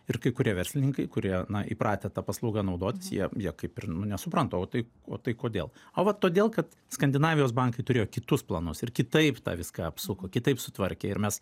ir kai kurie verslininkai kurie na įpratę ta paslauga naudotis ja ja kaip ir nu nesupranta o tai o tai kodėl o vat todėl kad skandinavijos bankai turėjo kitus planus ir kitaip tą viską apsuko kitaip sutvarkė ir mes